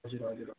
हजुर हजुर ह